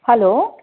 hello